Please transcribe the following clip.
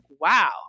wow